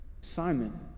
Simon